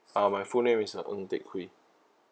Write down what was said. uh my full name is uh ng teck hui